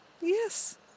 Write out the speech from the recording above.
Yes